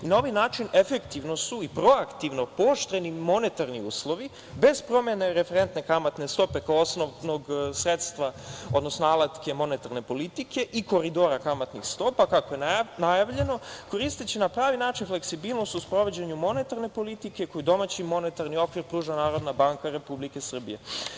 Na ovaj način efektivno su i proaktivno pooštreni monetarni uslovi bez promene referentne kamatne stope, kao osnovnog sredstva, odnosno alatke monetarne politike i koridora kamatnih stopa, kako je najavljeno, koristeći na pravi način fleksibilnost u sprovođenju monetarne politike koji domaći monetarni okvir pruža Narodna banka Republike Srbije.